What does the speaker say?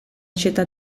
città